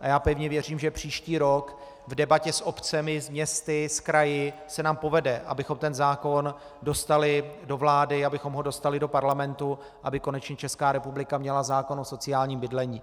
Já pevně věřím, že příští rok v debatě s obcemi, s městy, kraji se nám povede, abychom ten zákon dostali do vlády, abychom ho dostali do Parlamentu, aby konečně Česká republika měla zákon o sociálním bydlení.